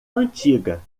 antiga